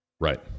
Right